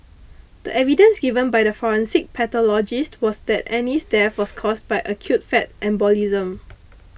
the evidence given by the forensic pathologist was that Annie's death was caused by acute fat embolism